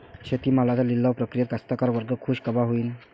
शेती मालाच्या लिलाव प्रक्रियेत कास्तकार वर्ग खूष कवा होईन?